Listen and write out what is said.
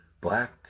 black